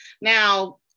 Now